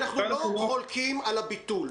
אנחנו לא חולקים על הביטול.